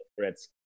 threats